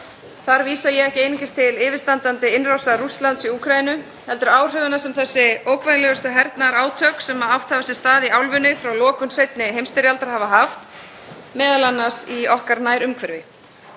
Þar vísa ég ekki einungis til yfirstandandi innrásar Rússlands í Úkraínu heldur áhrifanna sem þessi ógnvænlegustu hernaðarátök sem átt hafa sér stað í álfunni frá lokum seinni heimsstyrjaldar hafa haft, m.a. í okkar nærumhverfi.